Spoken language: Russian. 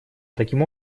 таким